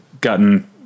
gotten